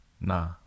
Nah